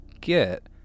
get